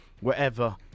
wherever